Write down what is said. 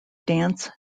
dance